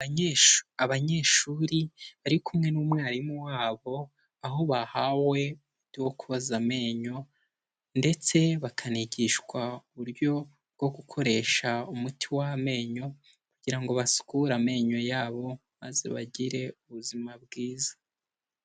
Abanyeshuri, abanyeshuri bari kumwe n'umwarimu wabo aho bahawe umuti wo koza amenyo ndetse bakanigishwa uburyo bwo gukoresha umuti w'amenyo kugira ngo basukure amenyo yabo maze bagire ubuzima bwiza.